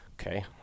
okay